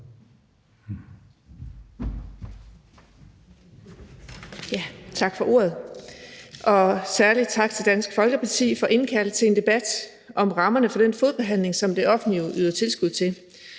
Tak for ordet, og særlig tak til Dansk Folkeparti for at indkalde til en debat om rammerne for den fodbehandling, som det offentlige yder tilskud til.